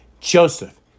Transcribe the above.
Joseph